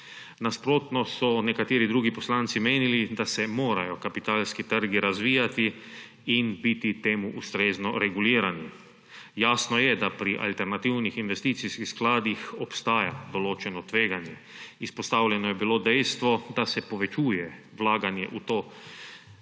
Nasprotno so nekateri drugi poslanci menili, da se morajo kapitalski trgi razvijati in biti temu ustrezno regulirani. Jasno je, da pri alternativnih investicijskih skladih obstaja določeno tveganje. Izpostavljeno je bilo dejstvo, da se povečuje vlaganje v to zvrst